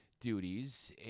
duties